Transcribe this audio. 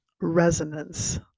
resonance